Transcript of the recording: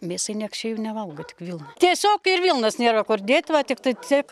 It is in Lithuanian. mėsai nieks čia jų nevalgo tik vilnai tiesiog ir vilnos nėra kur dėt va tiktai ciek